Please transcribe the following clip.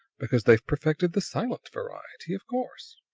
because they've perfected the silent variety, of course.